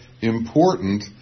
important